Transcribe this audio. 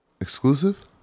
Exclusive